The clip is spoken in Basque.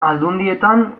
aldundietan